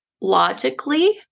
logically